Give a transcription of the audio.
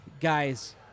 guys